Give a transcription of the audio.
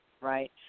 Right